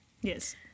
Yes